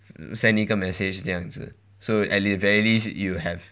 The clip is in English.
send 一个 message 这样子 so at the very least you have